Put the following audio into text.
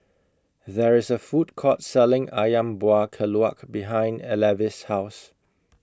There IS A Food Court Selling Ayam Buah Keluak behind Levy's House